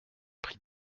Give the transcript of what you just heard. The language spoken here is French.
prix